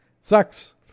Sucks